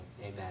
Amen